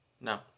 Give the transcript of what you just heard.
No